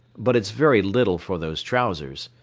but it's very little for those trousers.